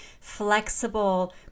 flexible